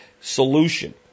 solution